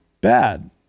bad